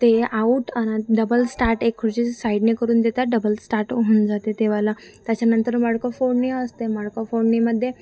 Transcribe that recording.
ते आऊट आणि double start एक खुर्ची साईडने करून देतात डबल स्टाट होऊन जाते तेव्हाला त्याच्यानंतर मडकं फोडणी असते मडकं फोडणीमध्ये